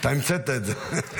אתה המצאת את זה.